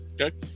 Okay